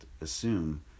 assume